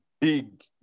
big